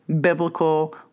biblical